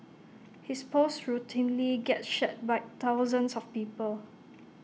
his posts routinely get shared by thousands of people